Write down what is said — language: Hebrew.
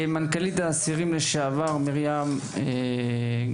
מנכ"לית אסירים לשעבר, מרים גרייבר.